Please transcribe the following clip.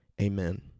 Amen